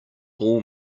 all